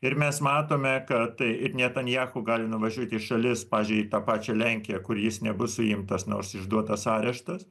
ir mes matome kad ir netanjahu gali nuvažiuoti į šalis pavyzdžiui į tą pačią lenkiją kur jis nebus suimtas nors išduotas areštas